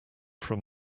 from